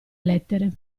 lettere